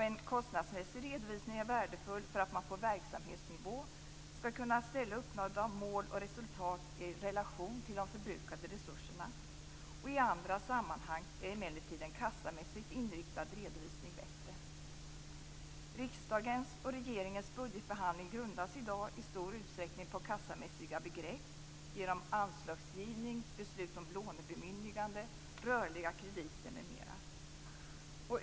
En kostnadsmässig redovisning är värdefull för att man på verksamhetsnivå skall kunna ställa uppnådda mål och resultat i relation till de förbrukade resurserna. I andra sammanhang är emellertid en kassamässigt inriktad redovisning bättre. Riksdagens och regeringens budgetbehandling grundas i dag i stor utsträckning på kassamässiga begrepp genom anslagsgivning, beslut om lånebemyndigande, rörliga krediter m.m.